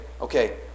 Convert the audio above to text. okay